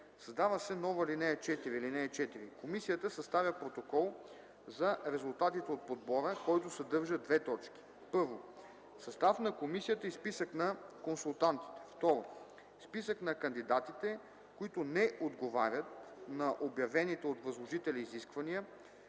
Създава се нова ал. 4: “(4) Комисията съставя протокол за резултатите от подбора, който съдържа: 1. състав на комисията и списък на консултантите; 2. списък на кандидатите, които не отговарят на обявените от възложителя изисквания,